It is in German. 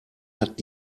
hat